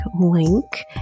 link